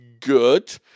good